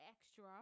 extra